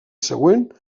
següent